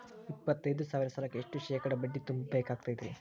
ಎಪ್ಪತ್ತೈದು ಸಾವಿರ ಸಾಲಕ್ಕ ಎಷ್ಟ ಶೇಕಡಾ ಬಡ್ಡಿ ತುಂಬ ಬೇಕಾಕ್ತೈತ್ರಿ?